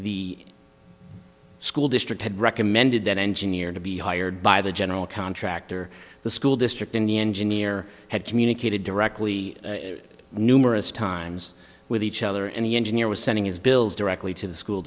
the school district had recommended an engineer to be hired by the general contractor the school district in the engineer had communicated directly numerous times with each other and the engineer was sending his bills directly to the school